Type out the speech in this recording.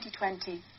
2020